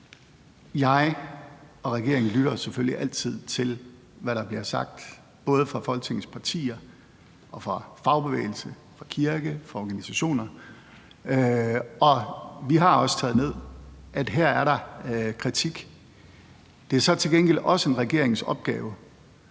Jeg og regeringen lytter selvfølgelig altid til, hvad der bliver sagt, både fra Folketingets partier og fra fagbevægelsen, kirken og organisationerne, og vi har også taget ned, at der her er kritik. Det er så til gengæld også en regerings opgave